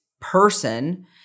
person